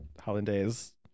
Hollandaise